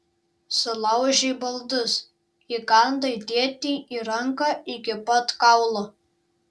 sulaužei baldus įkandai tėtei į ranką iki pat kaulo